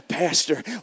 Pastor